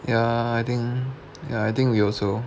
ya I think ya I think we also